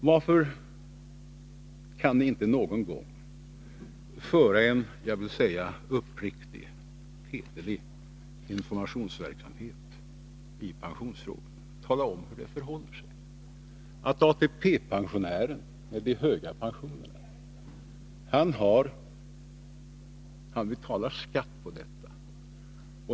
Varför kan ni inte någon gång föra en uppriktig, hederlig informationsverksamhet i pensionsfrågan och tala om hur det förhåller sig: att ATP-pensionären med den höga pensionen betalar skatt på den?